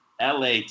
LA